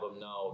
now